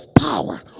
power